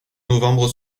novembre